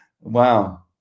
Wow